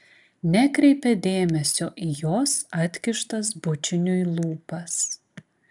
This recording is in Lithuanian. nekreipia dėmesio į jos atkištas bučiniui lūpas